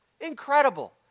Incredible